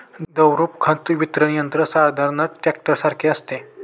द्रवरूप खत वितरण यंत्र साधारणतः टँकरसारखे असते